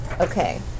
Okay